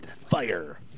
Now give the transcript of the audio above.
Fire